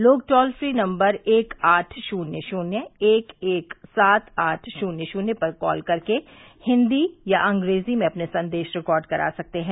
लोग toll free number एक आठ शून्य शून्य एक एक सात आठ शून्य शून्य पर कॉल करके हिन्दी या अंग्रेजी में अपने संदेश रिकॉर्ड करा सकते हैं